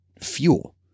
fuel